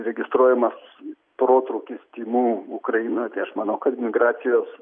registruojamas protrūkis tymų ukrainoj tai aš manau kad migracijos